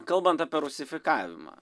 kalbant apie rusifikavimą